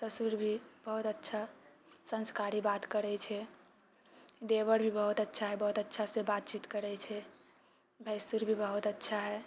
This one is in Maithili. ससुर भी बहुत अच्छा संस्कारी बात करै छै देवर भी बहुत अच्छा है बहुत अच्छासँ बातचीत करै छै भैंसुर भी बहुत अच्छा है